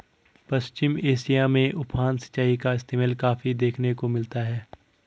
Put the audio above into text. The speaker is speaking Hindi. पश्चिम एशिया में उफान सिंचाई का इस्तेमाल काफी देखने को मिलता है